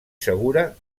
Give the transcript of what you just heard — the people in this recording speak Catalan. segura